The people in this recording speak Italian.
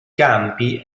campi